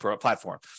platform